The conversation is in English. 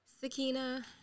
Sakina